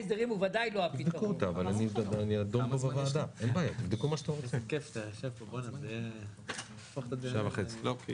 אני גם אשמח לשאלה קצרה.